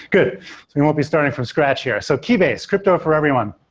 good we won't be starting from scratch here. so keybase, crypto for everyone.